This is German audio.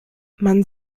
man